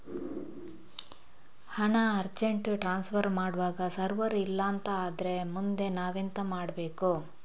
ಹಣ urgent transfer ಮಾಡ್ವಾಗ server ಇಲ್ಲಾಂತ ಆದ್ರೆ ಮುಂದೆ ನಾವೆಂತ ಮಾಡ್ಬೇಕು?